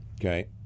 Okay